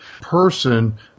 person